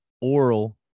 Oral